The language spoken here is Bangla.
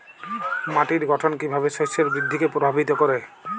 মাটির গঠন কীভাবে শস্যের বৃদ্ধিকে প্রভাবিত করে?